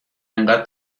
انقدر